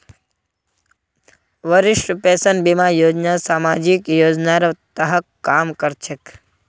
वरिष्ठ पेंशन बीमा योजना सामाजिक योजनार तहत काम कर छेक